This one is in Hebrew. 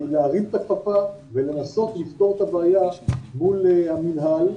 להרים את הכפפה ולנסות לפתור את הבעיה מול המנהל.